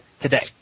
today